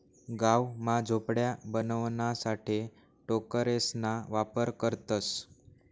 गाव मा झोपड्या बनवाणासाठे टोकरेसना वापर करतसं